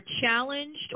challenged